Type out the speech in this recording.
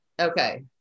Okay